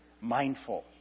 mindful